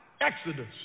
Exodus